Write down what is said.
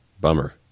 Bummer